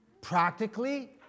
practically